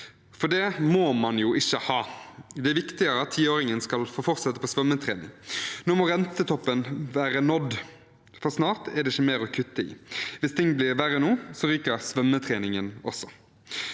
for det må man jo ikke ha. Det er viktigere at tiåringen skal få fortsette på svømmetrening. Nå må rentetoppen være nådd, for snart er det ikke mer å kutte i. Hvis ting blir verre nå, ryker svømmetreningen også.